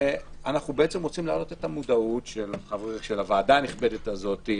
אנחנו בעצם רוצים להעלות את המודעות של הוועדה הנכבדה הזאת,